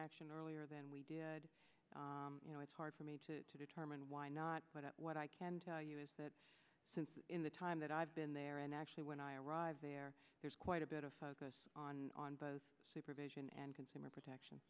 action earlier than we did you know it's hard for me to determine why not but what i can tell you is that since in the time that i've been there and actually when i arrived there there's quite a bit of focus on on both supervision and consumer protection